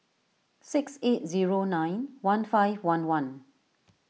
six eight zero nine one five one one